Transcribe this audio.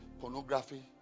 pornography